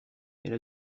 elle